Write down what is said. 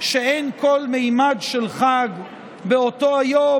שאין כל ממד של חג באותו יום,